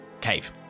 Cave